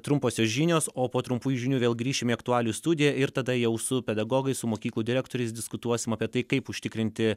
trumposios žinios o po trumpų žinių vėl grįšim į aktualius studiją ir tada jau su pedagogais su mokyklų direktoriais diskutuosim apie tai kaip užtikrinti